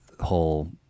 whole